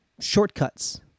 shortcuts